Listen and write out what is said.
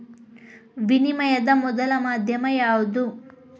ವಿನಿಮಯದ ಮೊದಲ ಮಾಧ್ಯಮ ಯಾವ್ದು